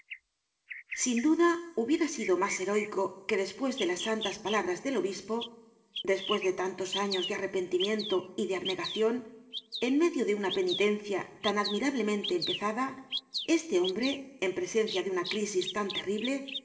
sin duda hubiera sido mas heroico que despues de las santas palabras del obispo despues de tantos años de arrepentimiento y de abnegacion en medio de una penitencia tan admirablemente empezada este hombre en presencia de una crísis tan terrible no